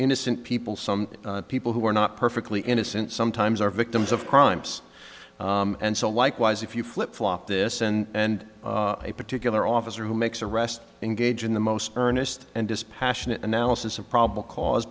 innocent people some people who are not perfectly innocent sometimes are victims of crimes and so likewise if you flip flop this and a particular officer who makes arrest engage in the most earnest and dispassionate analysis of probable cause